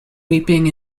weeping